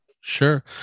sure